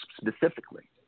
specifically